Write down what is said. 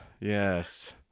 Yes